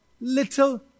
little